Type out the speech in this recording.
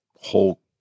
whole